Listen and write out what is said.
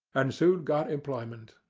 and soon got employment.